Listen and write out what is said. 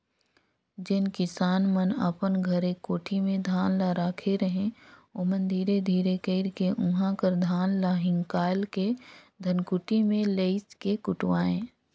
जेन किसान मन अपन घरे कोठी में धान ल राखे रहें ओमन धीरे धीरे कइरके उहां कर धान ल हिंकाएल के धनकुट्टी में लेइज के कुटवाएं